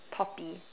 poppy